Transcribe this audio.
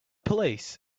police